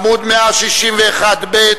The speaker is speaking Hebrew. עמוד 161ב',